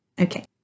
Okay